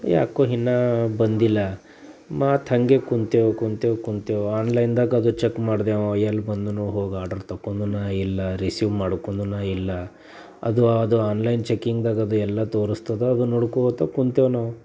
ಯಾಕೋ ಇನ್ನೂ ಬಂದಿಲ್ಲ ಮತ್ತೆ ಹಾಗೇ ಕೂತೆವು ಕೂತೆವು ಕೂತೆವು ಆನ್ ಲೈನ್ದಾಗಾದ್ರು ಚಕ್ ಮಾಡಿದೆವು ಎಲ್ಲಿ ಬಂದನು ಹೋಗಿ ಆರ್ಡರ್ ತೊಗೊಂಡನಾ ಇಲ್ಲ ರಿಸೀವ್ ಮಾಡ್ಕೊಂಡನಾ ಇಲ್ಲ ಅದು ಅದು ಆನ್ ಲೈನ್ ಚಕ್ಕಿಂಗ್ದಾಗದು ಎಲ್ಲ ತೋರಿಸ್ತದೆ ಅದು ನೋಡ್ಕೋಳ್ತ ಕೂತೆವು ನಾವು